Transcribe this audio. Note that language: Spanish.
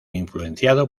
influenciado